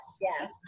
yes